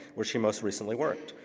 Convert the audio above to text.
where she most recently worked.